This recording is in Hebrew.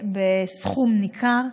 בסכום ניכר.